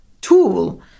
tool